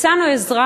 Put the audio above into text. הצענו עזרה.